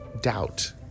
doubt